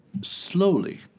slowly